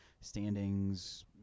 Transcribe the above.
Standings